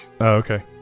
Okay